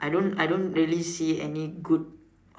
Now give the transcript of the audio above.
I don't I don't really see any good